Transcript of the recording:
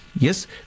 Yes